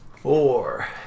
Four